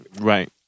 Right